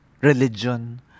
religion